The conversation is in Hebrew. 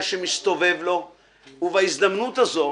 שמסתובב לו ובהזדמנות הזו